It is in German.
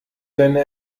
deine